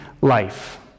life